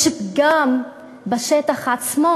יש גם בשטח עצמו,